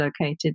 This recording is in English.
located